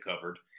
covered